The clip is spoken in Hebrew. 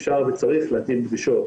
אפשר וצריך להטיל דרישות